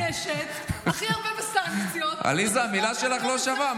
הכי הרבה בסנקציות, עליזה, המילה שלך לא שווה.